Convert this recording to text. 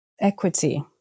Equity